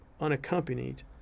unaccompanied